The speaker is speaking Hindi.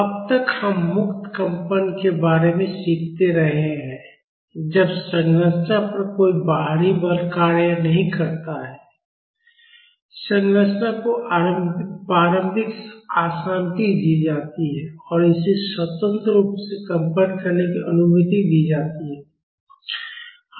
अब तक हम मुक्त कंपन के बारे में सीखते रहे हैं जब संरचना पर कोई बाहरी बल कार्य नहीं करता है संरचना को प्रारंभिक अशांति दी जाती है और इसे स्वतंत्र रूप से कंपन करने की अनुमति दी जाती है